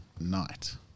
night